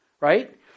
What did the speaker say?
right